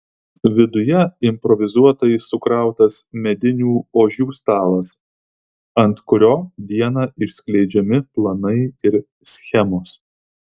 viduje improvizuotai sukrautas medinių ožių stalas ant kurio dieną išskleidžiami planai ir schemos